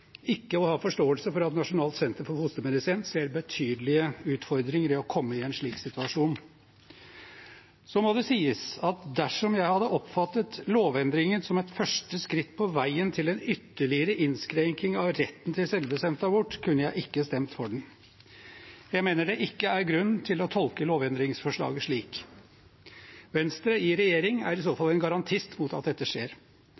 ikke å ha forståelse for at Nasjonalt senter for fostermedisin ser betydelige utfordringer i å komme i en slik situasjon. Så må det sies at dersom jeg hadde oppfattet lovendringen som et første skritt på veien til en ytterligere innskrenking av retten til selvbestemt abort, kunne jeg ikke ha stemt for den. Jeg mener det ikke er grunn til å tolke lovendringsforslaget slik. Venstre i regjering er i så fall en garantist mot at dette skjer.